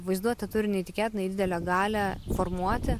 vaizduotė turi neįtikėtinai didelę galią formuoti